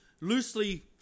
loosely